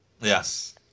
yes